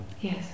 Yes